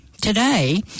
today